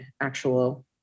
actual